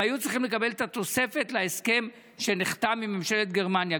הם היו צריכים לקבל את התוספת להסכם שנחתם עם ממשלת גרמניה,